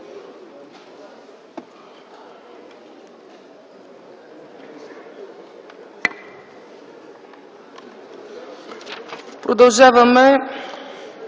Продължаваме